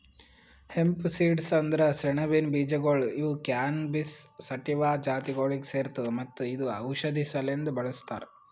hemp seeds ಅಂದುರ್ ಸೆಣಬಿನ ಬೀಜಗೊಳ್ ಇವು ಕ್ಯಾನಬಿಸ್ ಸಟಿವಾ ಜಾತಿಗೊಳಿಗ್ ಸೇರ್ತದ ಮತ್ತ ಇದು ಔಷಧಿ ಸಲೆಂದ್ ಬಳ್ಸತಾರ್